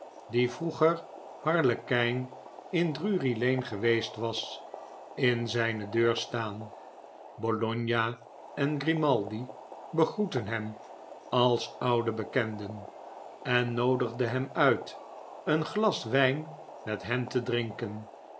die vroeger harlekijn in drury-lane geweest was in zijne deur staan bologna en grimaldi begroetten hem als oude bekenden en noodigden hem uit een glas wijn met hen te drinken